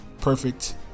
perfect